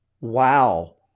wow